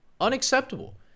Unacceptable